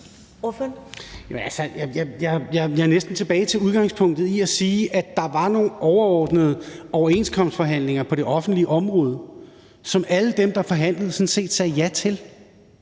jeg er næsten tilbage til udgangspunktet i at sige, at der var nogle overordnede overenskomstforhandlinger på det offentlige område, som alle dem, der forhandlede, sådan set sagde ja til.